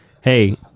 hey